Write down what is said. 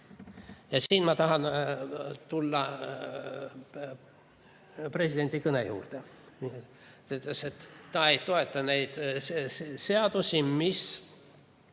Aga siin ma tahan tulla presidendi kõne juurde. Ta ütles, et ta ei toeta neid seadusi, mis